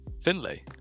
Finlay